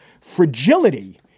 fragility